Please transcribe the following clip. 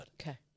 Okay